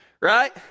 right